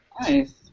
Nice